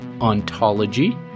ontology